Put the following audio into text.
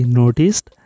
noticed